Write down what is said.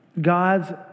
God's